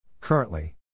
Currently